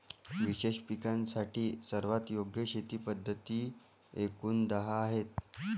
विशेष पिकांसाठी सर्वात योग्य शेती पद्धती एकूण दहा आहेत